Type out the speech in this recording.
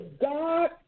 God